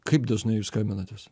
kaip dažnai jūs skambinantės